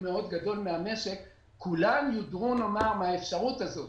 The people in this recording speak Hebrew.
יודרו מהאפשרות הזאת.